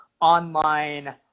online